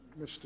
Mr